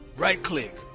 right-click.